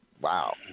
wow